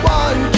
one